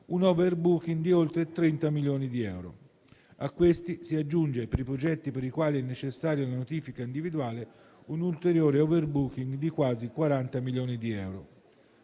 un *overbooking* di oltre 30 milioni di euro. A questi si aggiunge, ai progetti per i quali è necessaria la notifica individuale, un'ulteriore *overbooking* di quasi 40 milioni di euro.